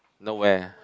no where